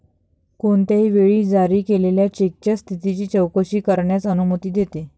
कोणत्याही वेळी जारी केलेल्या चेकच्या स्थितीची चौकशी करण्यास अनुमती देते